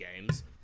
games